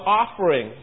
offering